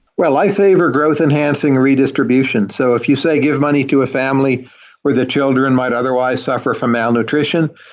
well, i say for growth enhancing redistribution. so if you say give money to a family where the children might otherwise suffer from malnutrition,